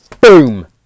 Boom